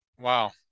wow